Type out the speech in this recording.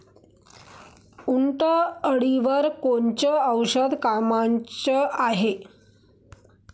उंटअळीवर कोनचं औषध कामाचं हाये?